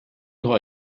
noch